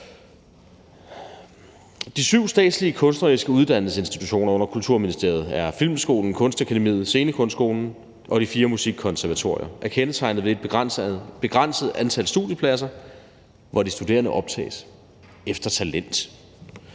De syv statslige kunstneriske uddannelsesinstitutioner under Kulturministeriet er Filmskolen, Kunstakademiet, Scenekunstskolen og de fire musikkonservatorier, der er kendetegnet ved et begrænset antal studiepladser, hvor de studerende optages efter talent.